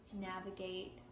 navigate